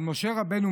על משה רבנו,